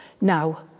now